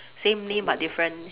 same name but different